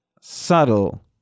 subtle